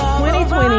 2020